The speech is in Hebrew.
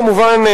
כמובן,